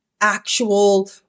actual